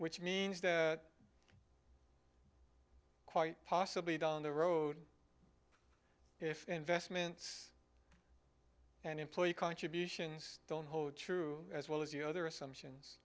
which means that quite possibly down the road if investments and employee contributions don't hold true as well as the other assumption